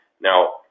now